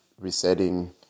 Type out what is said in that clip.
resetting